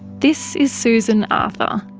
this is susan arthur.